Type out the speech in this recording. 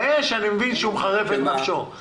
באש אני מבין שאני מחרף את נפשו,